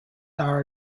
are